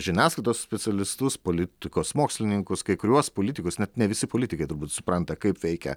žiniasklaidos specialistus politikos mokslininkus kai kuriuos politikus net ne visi politikai turbūt supranta kaip veikia